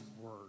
word